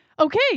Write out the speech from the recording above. Okay